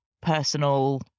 personal